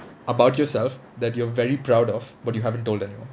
about yourself that you're very proud of but you haven't told anyone